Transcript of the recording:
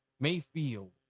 Mayfield